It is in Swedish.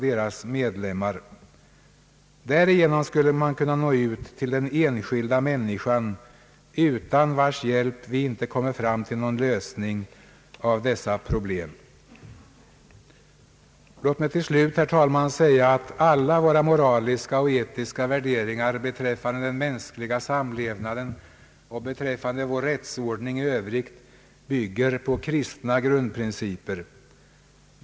Därigenom skulle man kun na nå ut till den enskilda människan, utan vars hjälp vi inte kommer fram till någon lösning av dessa problem. Låt mig till slut säga, herr talman, att alla våra moraliska och etiska värderingar beträffande den mänskliga samlevnaden och rörande vår rättsuppfattning i Övrigt bygger på kristna grundprinciper.